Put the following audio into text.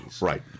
right